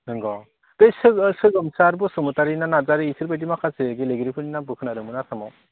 नोंगौ बे सोगोमसार बसुमतारि ना नारजारि बिसोरबायदि माखासे गेलेगिरिफोरनि नामखौ खोनादोंमोन आसामाव